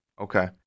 Okay